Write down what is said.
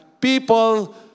people